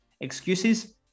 Excuses